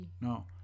No